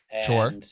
Sure